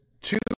Two